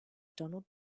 donald